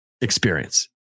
experience